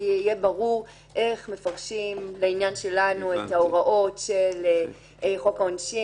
שיהיה ברור איך מפרשים לעניין שלנו את ההוראות של החוק העונשין,